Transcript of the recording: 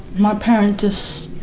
my parent just